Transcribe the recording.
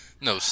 No